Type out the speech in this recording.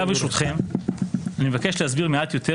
עתה ברשותכם אני מבקש להסביר מעט יותר